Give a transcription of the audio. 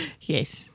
Yes